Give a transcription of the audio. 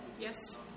Yes